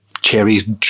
cherries